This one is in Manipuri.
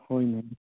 ꯍꯣꯏꯅꯦ